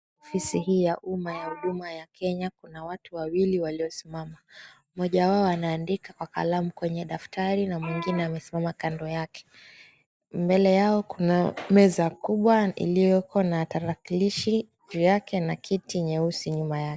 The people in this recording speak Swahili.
Ofisi hii ya uma ya huduma ya kenya kuna watu wawili waliosimama. Mmoja wao anaandika kwa kalamu kwenye dafatari na mwengine amesimama kando yake. Mbele yao kuna meza kubwa ilioko na tarakilishi yake na kiti nyeusi nyuma.